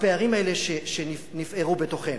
בפערים האלה שנפערו בתוכנו,